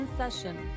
Session